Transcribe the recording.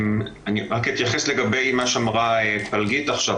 רק אתייחס לגבי מה שאמרה פלגית עכשיו.